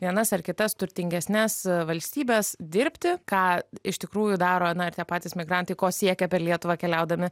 vienas ar kitas turtingesnes valstybes dirbti ką iš tikrųjų daro na ir tie patys migrantai ko siekia per lietuvą keliaudami